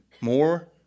more